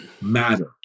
matter